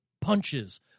punches